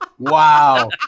Wow